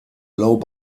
low